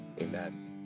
amen